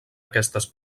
aquestes